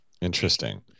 Interesting